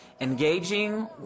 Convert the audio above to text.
engaging